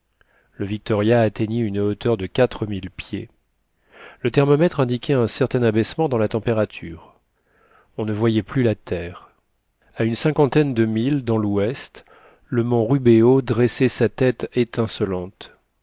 le victoria atteignit une hauteur de quatre mille pieds le thermomètre indiquait un certain abaissement dans la température on ne voyait plus la terre a une cinquantaine de milles dans l'ouest le mont rubeho dressait sa tête étincelante